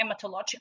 hematological